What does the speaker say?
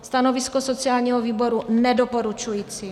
Stanovisko sociálního výboru: nedoporučující.